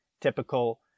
typical